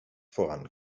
voran